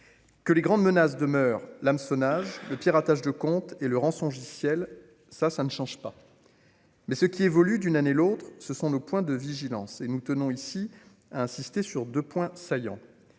que les grandes menaces demeure l'hameçonnage le piratage de comptes et le rançongiciel ça, ça ne change pas mais ce qui évolue d'une année l'autre, ce sont nos points de vigilance et nous tenons ici, a insisté sur 2 points saillants